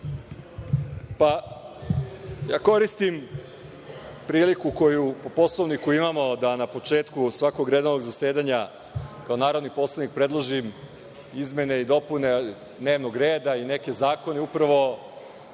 Koristim priliku koju po Poslovniku imamo da na početku svakog redovnog zasedanja narodni poslanik predloži izmene i dopune dnevnog reda i neke zakone, upravo